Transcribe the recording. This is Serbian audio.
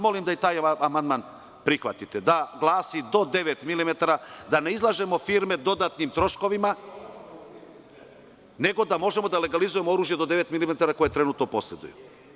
Molim vas da taj amandman prihvatite, da glasi: „do devet milimetara“, da ne izlažemo firme dodatnim troškovima nego da možemo da legalizujemo oružje do 9 mm koje trenutno poseduje.